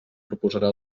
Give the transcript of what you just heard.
proposarà